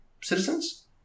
citizens